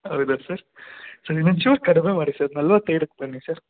ಹೌದಾ sir sir ಇನ್ನೊಂದು ಚೂರು ಕಡಿಮೆ ಮಾಡಿ ಸರ್ ನಲವತ್ತು ಎರಡಕ್ಕೆ ಬನ್ನಿ ಸರ್